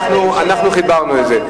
אנחנו חיברנו את זה.